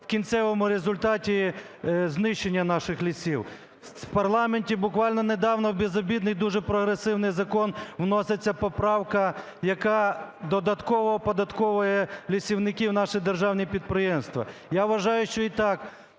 в кінцевому результаті знищення наших лісів. В парламенті буквально недавно в безобідний і дуже прогресивний закон вноситься поправка, яка додатково оподатковує лісівників, наші державні підприємства. Я вважаю, що і так